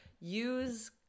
use